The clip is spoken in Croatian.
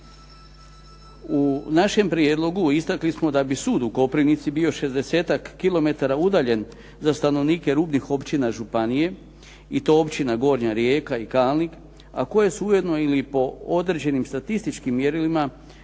U našem prijedlogu istakli smo da bi sud u Koprivnici bio 60-tak kilometara udaljen za stanovnike rubnih općina županije i to Općina Gornja Rijeka i Kalnik, a koje su ujedno ili po određenim statističkim mjerilima